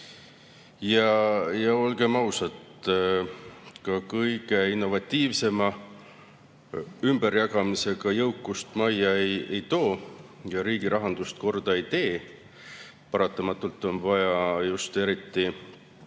Ja olgem ausad, ka kõige innovatiivsema ümberjagamisega jõukust majja ei too ja riigirahandust korda ei tee. Paratamatult on vaja, eriti just